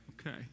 Okay